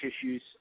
issues